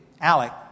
Alec